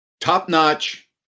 top-notch